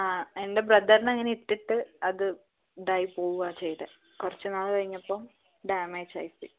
ആ എൻ്റെ ബ്രദറിന് അങ്ങനെ ഇട്ടിട്ട് അത് ഇതായി പോകുകയാണ് ചെയ്തത് കുറച്ച് നാൾ കഴിഞ്ഞപ്പം ഡാമേജ് ആയി പോയി